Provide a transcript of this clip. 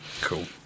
Cool